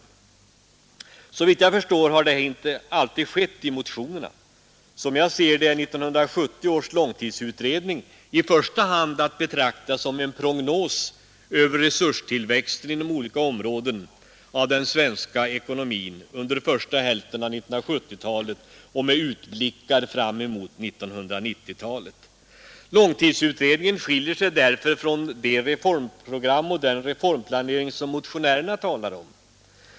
Såvitt jag förstår har detta inte alltid skett i motionerna. Som jag ser det är 1970 års långtidsutredning i första hand att betrakta som en prognos över resurstillväxten inom olika områden av den svenska ekonomin under första hälften av 1970-talet och med utblickar fram emot 1990-talet Långtidsutredningen skiljer sig därför från de reformprogram och den reformplanering som motionärerna talar om.